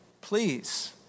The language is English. Please